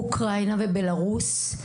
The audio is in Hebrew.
אוקראינה ובלרוס,